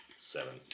Seven